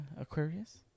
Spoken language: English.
Aquarius